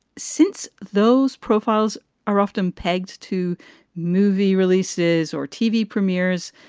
since those profiles are often pegged to movie releases or tv premieres,